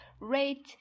rate